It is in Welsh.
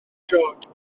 george